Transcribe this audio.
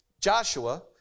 Joshua